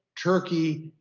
turkey,